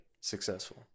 successful